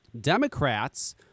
Democrats